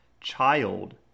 child